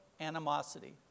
animosity